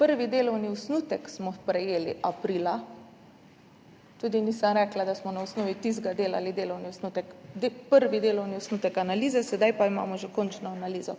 Prvi delovni osnutek smo prejeli aprila, nisem rekla, da smo na osnovi tistega delali delovni osnutek, torej prvi delovni osnutek analize, sedaj pa imamo že končno analizo.